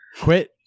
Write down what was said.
quit